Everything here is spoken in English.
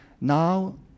now